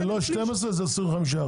אז זה לא 12, זה 25 אחוז.